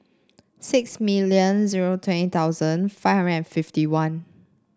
six million zero twenty thousand five hundred and fifty one